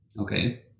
Okay